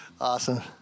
Awesome